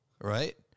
right